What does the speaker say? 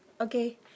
okay